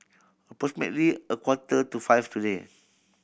approximately a quarter to five today